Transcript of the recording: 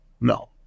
no